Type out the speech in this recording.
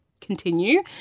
continue